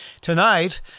tonight